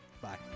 Bye